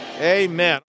Amen